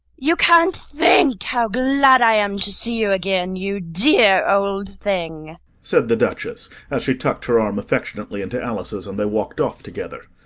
you can't think how glad i am to see you again, you dear old thing said the duchess, as she tucked her arm affectionately into alice's, and they walked off together.